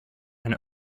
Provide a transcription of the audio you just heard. and